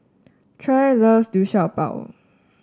Trae loves Liu Sha Bao